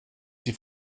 die